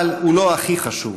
אבל הוא לא הכי חשוב,